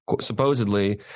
supposedly